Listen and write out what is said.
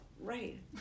Right